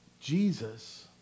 Jesus